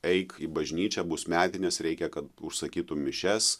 eik į bažnyčią bus metinės reikia kad užsakytum mišias